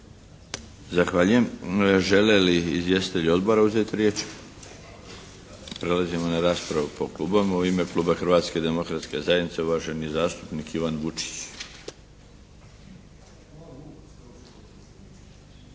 Zahvaljujem. Žele li izvjestitelji odbora uzeti riječ? Prelazimo na raspravu po klubovima. U ime Kluba Hrvatske demokratske zajednice uvaženi zastupnik Ivan Vučić. **Vučić,